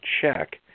check